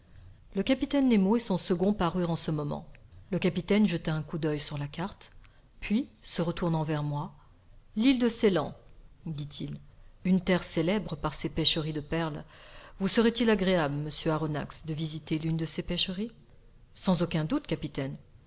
le capitaine nemo et son second parurent en ce moment le capitaine jeta un coup d'oeil sur la carte puis se retournant vers moi l'île de ceylan dit-il une terre célèbre par ses pêcheries de perles vous serait-il agréable monsieur aronnax de visiter l'une de ses pêcheries sans aucun doute capitaine